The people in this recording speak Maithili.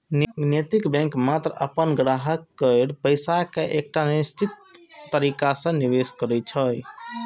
नैतिक बैंक मात्र अपन ग्राहक केर पैसा कें एकटा निश्चित तरीका सं निवेश करै छै